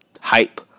hype